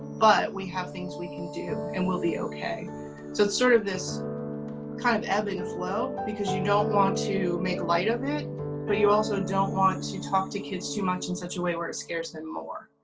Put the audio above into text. but we have things we can do and we'll be okay so it's sort of this kind of ebb and flow because you don't know want to make light of it but you also don't want to talk to kids too much in such a way where it scares them more.